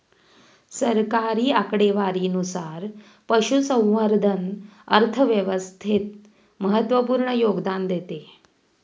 सरकारी आकडेवारीनुसार, पशुसंवर्धन अर्थव्यवस्थेत महत्त्वपूर्ण योगदान देते